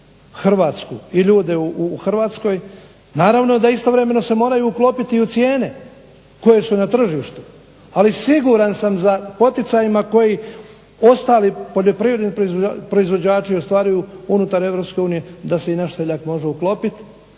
Hrvatsku i ljude u Hrvatskoj. Naravno da istovremeno se moraju uklopiti u cijene koje su na tržištu. Ali siguran sam za poticajima koji ostali poljoprivredni proizvođači ostvaruju unutar EU da se i naš seljak može uklopiti